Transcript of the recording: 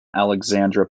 alexandra